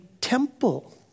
temple